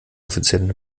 offiziell